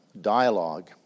dialogue